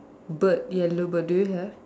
bird yellow bird do you have